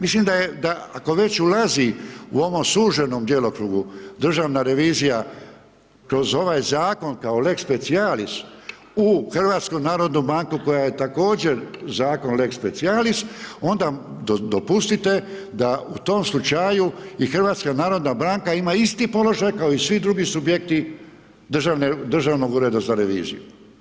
Mislim da je, da ako već ulazi u ovom suženom djelokrugu državna revizija kroz ovaj zakon kao lex specijalis u HNB koja je također zakon lex specijalis onda dopustite da u tom slučaju i HNB ima isti položaj kao i svi drugi subjekti Državnog ureda za reviziju.